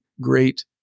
great